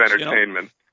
entertainment